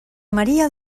maria